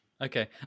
Okay